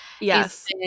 Yes